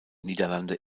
niederlande